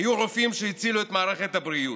היו רופאים שהצילו את מערכת הבריאות,